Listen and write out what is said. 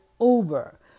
Uber